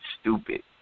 stupid